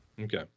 Okay